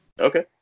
Okay